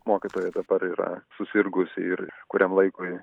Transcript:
mokytoja dabar yra susirgusi ir kuriam laikui